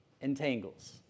entangles